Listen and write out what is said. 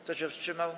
Kto się wstrzymał?